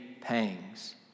pangs